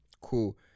Cool